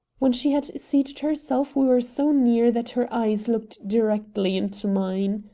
when she had seated herself we were so near that her eyes looked directly into mine.